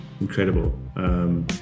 incredible